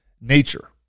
nature